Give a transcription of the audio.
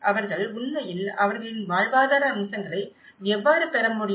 அவர்கள் உண்மையில் அவர்களின் வாழ்வாதார அம்சங்களை எவ்வாறு பெற முடியும்